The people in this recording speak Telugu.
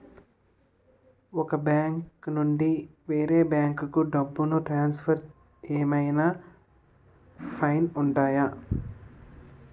ఒక బ్యాంకు నుండి వేరే బ్యాంకుకు డబ్బును ట్రాన్సఫర్ ఏవైనా ఫైన్స్ ఉంటాయా?